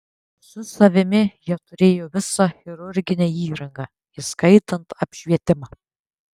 su savimi jie turėjo visą chirurginę įrangą įskaitant apšvietimą